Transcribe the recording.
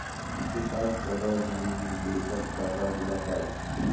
কিছু কাজ ক্যরার জ্যনহে যে ছব টাকা গুলা পায়